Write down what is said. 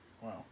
Wow